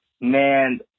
man